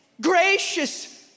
gracious